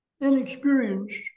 inexperienced